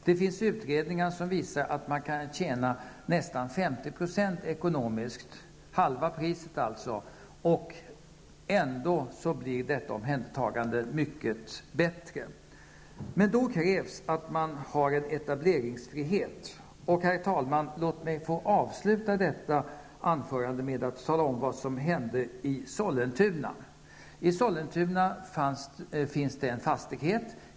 Det finns utredningar som visar att man kan tjäna nästan 50 % ekonomiskt, halva priset alltså, och ändå blir detta omhändertagande mycket bättre. Men då krävs att man har en etableringsfrihet. Herr talman! Låt mig få avsluta detta anförande med att tala om vad som hände i Sollentuna. I Sollentuna finns det en fastighet.